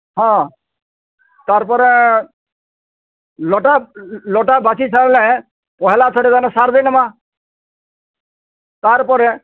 ହଁ ତା'ର୍ ପରେ ଲଟା ବାଛିସାରିଲେ ପହେଲେ ଥରେ ସାର୍ ଦେଇ ଦେମା ତା'ର୍ ପରେ